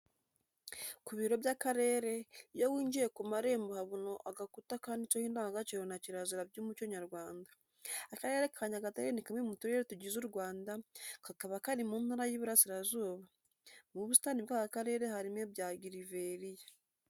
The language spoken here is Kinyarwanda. Ku biro by'akarere, iyo winjiye ku marembo uhabona agakuta kanditseho indangagaciro na kirazira by'umuco nyarwanda. Akarere ka Nyagatare ni kamwe mu turere tugize u Rwanda, kakaba kari mu Ntara y'Uburasirazuba. Mu busitani bw'aka karere harimo bya gireveriya.